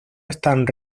están